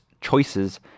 Choices